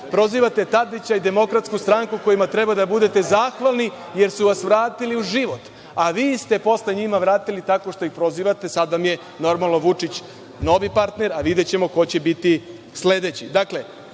Prozivate Tadića i DS kojima treba da budete zahvalni, jer su vas vratili u život, a vi ste posle njima vratili tako što ih prozivate. Sada vam je, normalno, Vučić novi partner, a videćemo ko će biti sledeći. Dakle,